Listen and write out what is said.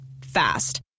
Fast